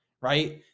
right